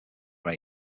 than